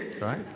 right